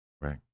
right